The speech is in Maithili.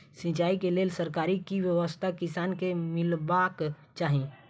सिंचाई केँ लेल सरकारी की व्यवस्था किसान केँ मीलबाक चाहि?